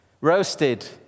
roasted